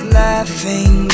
laughing